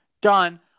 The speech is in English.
done